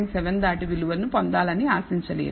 7 దాటి విలువను పొందాలని ఆశించలేరు